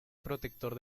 protector